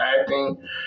acting